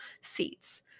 seats